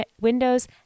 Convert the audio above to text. Windows